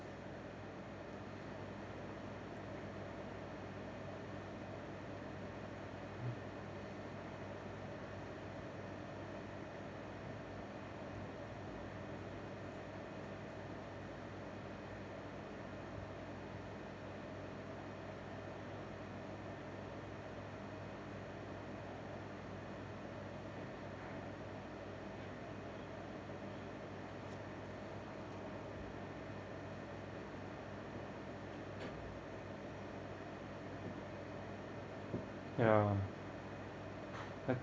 ya eh